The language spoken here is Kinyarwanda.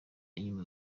inyuma